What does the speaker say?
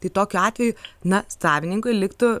tai tokiu atveju na savininkui liktų